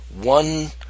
one